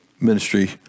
ministry